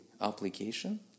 application